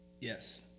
Yes